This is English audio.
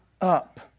up